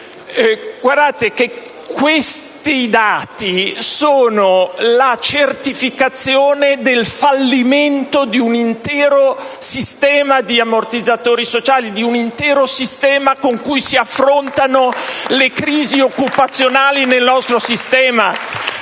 Questi dati sono la certificazione del fallimento di un intero sistema di ammortizzatori sociali, di un intero sistema con cui si affrontano le crisi occupazionali nel nostro Paese.